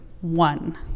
one